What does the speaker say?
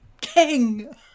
king